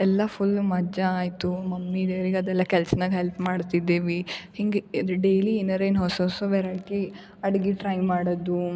ಎಲ್ಲ ಫುಲ್ ಮಜಾ ಆಯಿತು ಮಮ್ಮಿ ದೇವ್ರಿಗದೆಲ್ಲ ಕೆಲ್ಸನಾಗ ಹೆಲ್ಪ್ ಮಾಡ್ತಿದ್ದೀವಿ ಹಿಂಗೆ ಏರ್ ಡೈಲಿ ಏನಾರ ಏನು ಹೊಸ ಹೊಸ ವೆರೈಟಿ ಅಡುಗೆ ಟ್ರೈ ಮಾಡೋದು